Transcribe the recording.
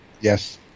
Yes